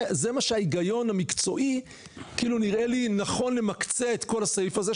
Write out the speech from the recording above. זה מה שההיגיון המקצועי כאילו נראה לי נכון למקצע את כל הסעיף הזה,